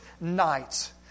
nights